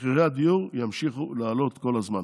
מחירי הדיור ימשיכו לעלות כל הזמן.